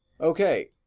Okay